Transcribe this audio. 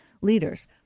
leaders